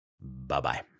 Bye-bye